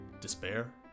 Despair